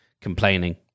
complaining